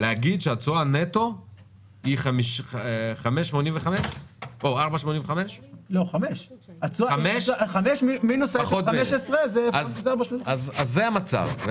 להגיד שהתשואה נטו היא 4.85. אם